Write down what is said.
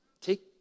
Take